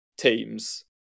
teams